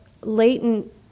latent